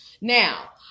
Now